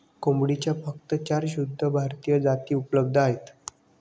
कोंबडीच्या फक्त चार शुद्ध भारतीय जाती उपलब्ध आहेत